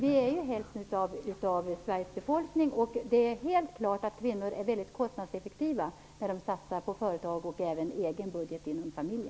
Vi är hälften av Sveriges befolkning, och det är helt klart att kvinnor är väldigt kostnadseffektiva när de satsar på företag och även när de gör en egen budget inom familjen.